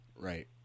right